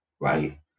Right